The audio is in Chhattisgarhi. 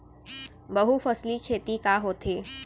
बहुफसली खेती का होथे?